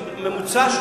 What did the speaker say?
בממוצע,